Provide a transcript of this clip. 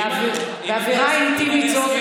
באווירה אינטימית זו,